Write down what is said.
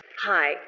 Hi